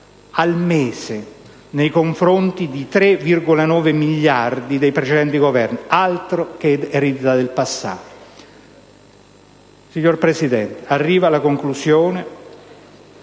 al mese, rispetto ai 3,9 miliardi dei precedenti Governi. Altro che eredità del passato! Signor Presidente, mi avvio alla conclusione.